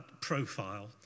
profile